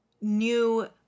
new